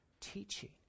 teaching